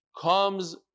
comes